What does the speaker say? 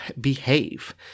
behave